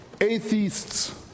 atheists